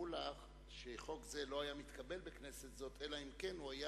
שחל שהיה יושב בכיסא של בילסקי, והיה